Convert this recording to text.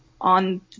on